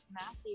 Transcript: Matthew